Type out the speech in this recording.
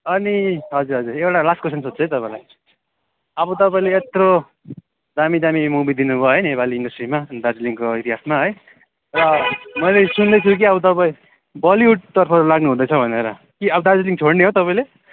अनि हजुर हजुर एउटा लास्ट क्वेस्चन सोध्छु है तपाईँलाई अब तपाईँले यत्रो दामी दामी मुभी दिनुभयो है नेपाली इन्डस्ट्रीमा दार्जिलिङको इतिहासमा है र मैले सुन्दैछु कि अब तपाईँ बलिउडतर्फ लाग्नु हुँदैछ भनेर के अब दार्जिलिङ छोड्ने हो तपाईँले